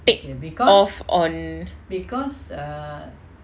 take off on